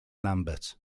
lambert